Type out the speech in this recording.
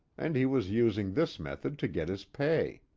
and he was using this method to get his pay.